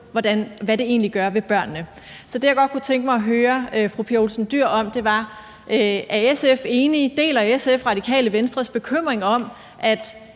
hvad det egentlig gør ved børnene. Det, jeg godt kunne tænke mig at høre fru Pia Olsen Dyhr om, er: Deler SF Radikale Venstres bekymring for, at